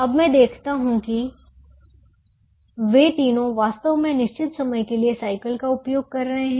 अब मैं देखता हूं कि वे तीनों वास्तव में निश्चित समय के लिए साइकिल का उपयोग कर रहे हैं